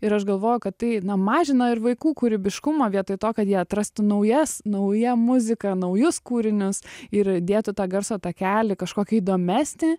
ir aš galvoju kad tai na mažina ir vaikų kūrybiškumą vietoj to kad jie atrastų naujas naują muziką naujus kūrinius ir dėtų tą garso takelį kažkokį įdomesnį